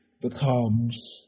becomes